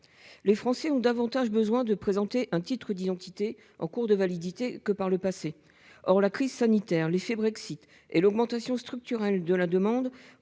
Les Français ont davantage besoin de présenter un titre d'identité en cours de validité que par le passé. Or la crise sanitaire l'effet Brexit et l'augmentation structurelle de la demande